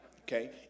okay